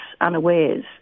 unawares